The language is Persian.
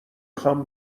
خوام